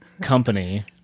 company